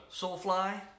Soulfly